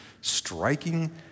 striking